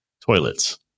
toilets